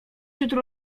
jutro